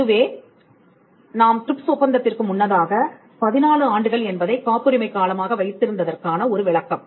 இதுவே நாம் ட்ரிப்ஸ் ஒப்பந்தத்திற்கு முன்னதாக 14 ஆண்டுகள் என்பதைக் காப்புரிமை காலமாக வைத்திருந்ததற்கான ஒரு விளக்கம்